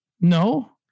No